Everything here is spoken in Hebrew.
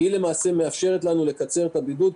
כי היא מאפשרת לנו לקצר את הבידוד,